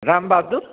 Rambahadur